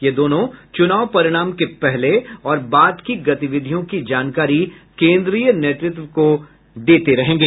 ये दोनों चुनाव परिणाम के पहले और बाद की गतिविधियों की जानकारी केंद्रीय नेतृत्व को देंगे